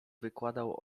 wykładał